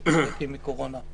שהוא נקי מקורונה.